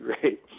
great